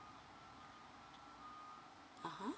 (uh huh)